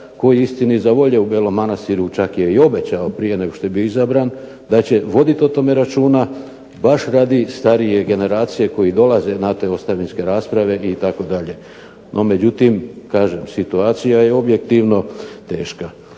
koji istini za volju u Belom Manastiru čak je i obećao prije nego što je bio izabran da će voditi o tome računa baš radi starije generacije koji dolaze na te ostavinske rasprave itd. No međutim, kažem situacija je objektivno teška.